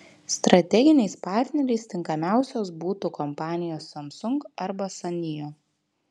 strateginiais partneriais tinkamiausios būtų kompanijos samsung arba sanyo